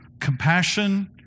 compassion